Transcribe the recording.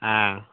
ꯑꯥ